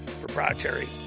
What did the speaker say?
proprietary